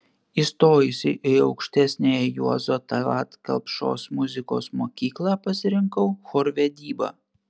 įstojusi į aukštesniąją juozo tallat kelpšos muzikos mokyklą pasirinkau chorvedybą